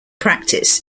practice